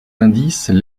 indices